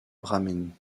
brahmin